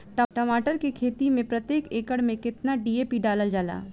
टमाटर के खेती मे प्रतेक एकड़ में केतना डी.ए.पी डालल जाला?